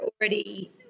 already